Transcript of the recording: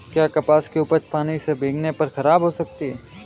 क्या कपास की उपज पानी से भीगने पर खराब हो सकती है?